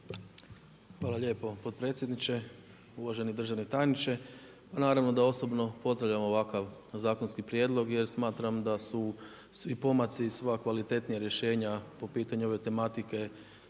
Hvala lijepo potpredsjedniče. Uvaženi državni tajniče. Pa naravno da osobno pozdravljam ovakav zakonski prijedlog jer smatram da su svi pomaci i sva kvalitetnija rješenja po pitanju ove tematike